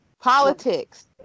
politics